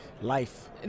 life